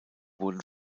wurden